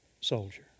soldier